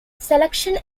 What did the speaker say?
selection